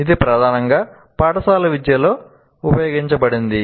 ఇది ప్రధానంగా పాఠశాల విద్యలో ఉపయోగించబడింది